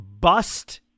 bust